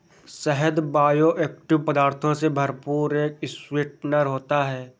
शहद बायोएक्टिव पदार्थों से भरपूर एक स्वीटनर होता है